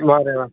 ꯃꯥꯅꯦ ꯃꯥꯅꯦ